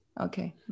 Okay